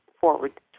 forward